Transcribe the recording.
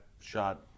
shot